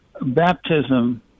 baptism